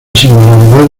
singularidad